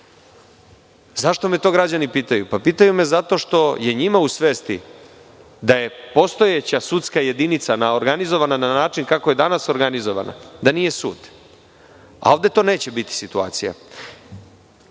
Zašto me to građani pitaju? Pa pitaju me zato što je njima u svesti da je postojeća sudska jedinica organizovana na način kako je danas organizovana, da nije sud, a ovde to neće biti situacija.